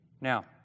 Now